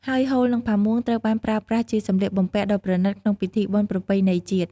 ហើយហូល និងផាមួង ត្រូវបានប្រើប្រាស់ជាសំលៀកបំពាក់ដ៏ប្រណិតក្នុងពិធីបុណ្យប្រពៃណីជាតិ។